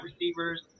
receivers